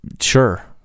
sure